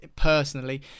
personally